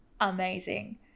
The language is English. Amazing